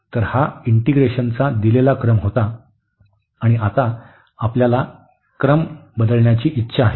तर हा इंटीग्रेशनचा दिलेला क्रम होता आणि आता आपल्याला क्रम बदलण्याची इच्छा आहे